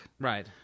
Right